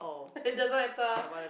it doesn't matter